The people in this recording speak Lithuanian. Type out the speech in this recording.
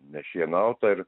nešienauta ir